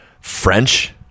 French